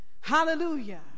Hallelujah